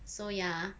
so ya